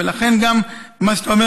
ולכן גם מה שאתה אומר,